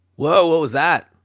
whoa. what was that?